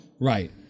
Right